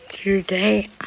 Today